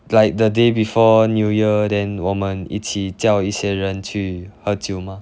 like the day before new year then 我们一起叫一些人去喝酒吗